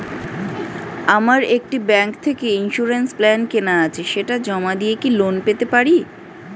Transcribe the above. আমার একটি ব্যাংক থেকে ইন্সুরেন্স প্ল্যান কেনা আছে সেটা জমা দিয়ে কি লোন পেতে পারি?